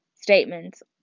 statements